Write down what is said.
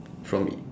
from